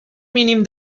mínim